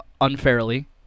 unfairly